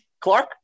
Clark